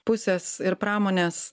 pusės ir pramonės